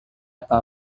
apa